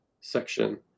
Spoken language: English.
section